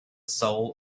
soul